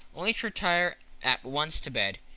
only to retire at once to bed.